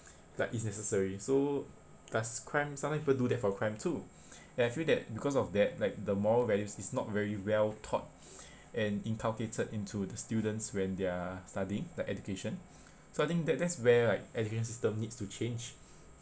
like it's necessary so does crime some people do that for crime too and I feel that because of that like the moral values is not very well thought and inculcated into the students when they're studying the education so I think that that's where like education system needs to change